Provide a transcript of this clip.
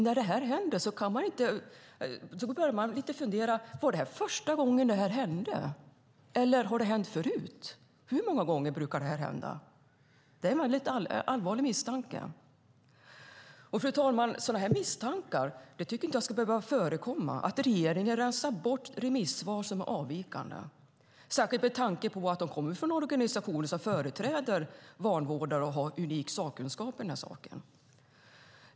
När det här nu har hänt börjar man fundera: Var det här första gången som det hände, eller har det hänt förut? Hur många gånger har det här hänt? Det är en allvarlig misstanke. Fru talman! Sådana här misstankar om att regeringen rensar bort remissvar som är avvikande tycker jag inte ska behöva förekomma, särskilt med tanke på att de kommer från organisationer som företräder vanvårdade och har unik sakkunskap i frågan.